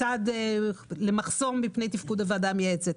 מחסום בתפקוד הוועדה המייעצת.